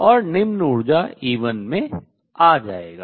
और निम्न ऊर्जा E1 में आ जाएगा